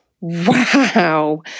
wow